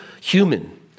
human